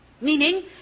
meaning